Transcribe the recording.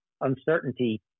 uncertainty